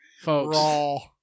Folks